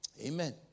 Amen